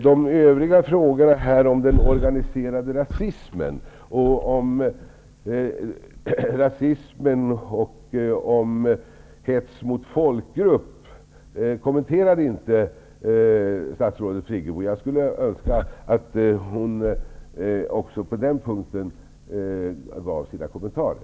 De övriga frågorna, om den organiserade rasismen och om hets mot folkgrupp, kommenterades inte av statsrådet Friggebo. Jag skulle önska att hon också på den punkten gav kommentarer.